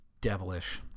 devilish